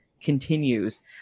continues